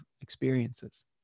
experiences